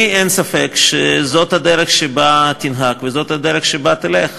לי אין ספק שזאת הדרך שבה תנהג וזאת הדרך שבה תלך.